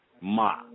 Ma